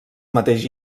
mateix